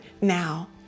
now